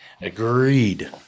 Agreed